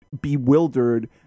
bewildered